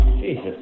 Jesus